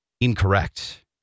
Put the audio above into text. incorrect